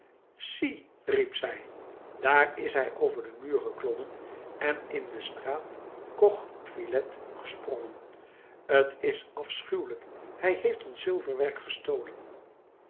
zie riep zij daar is hij over den muur geklommen en in de straat cochefilet gesprongen t is afschuwelijk hij heeft ons zilverwerk gestolen